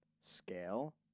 scale